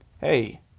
Hey